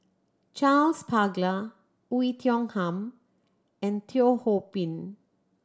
Charles Paglar Oei Tiong Ham and Teo Ho Pin